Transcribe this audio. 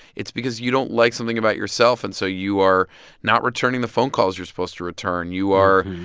it's because you don't like something about yourself. and so you are not returning the phone calls you're supposed to return. you are,